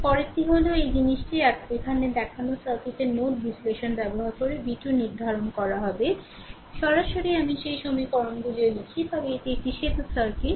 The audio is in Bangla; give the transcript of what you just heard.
পরেরটি হল এই জিনিসটি এখানে দেখানো সার্কিটের নোড বিশ্লেষণ ব্যবহার করে v2 নির্ধারণ করা হবে সরাসরি আমি সেই সমীকরণগুলিও লিখি তবে এটি একটি সেতু সার্কিট